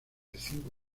cinco